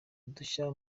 udushya